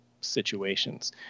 situations